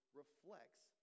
reflects